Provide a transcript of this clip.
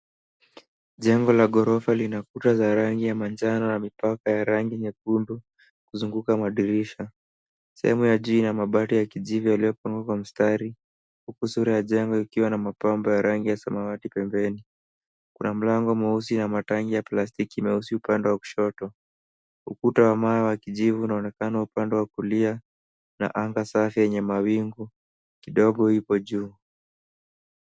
Jengo la ghorofa lina kuta za rangi ya manjano na mipaka ya rangi nyekundu kuzunguka madirisha. Sehemu ya juu ina mabati ya kijivu yaliyopangwa kwa mstari. Uso wa jengo una mapambo ya rangi ya samawati pembeni. Kuna mlango mweusi na matangi ya plastiki meusi upande wa kushoto. Ukuta wa nyuma wa kijivu unaonekana upande wa kulia, na anga safi yenye mawingu kidogo ipo juu.